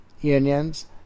unions